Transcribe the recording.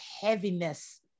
heaviness